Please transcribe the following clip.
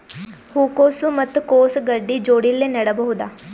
ಹೂ ಕೊಸು ಮತ್ ಕೊಸ ಗಡ್ಡಿ ಜೋಡಿಲ್ಲೆ ನೇಡಬಹ್ದ?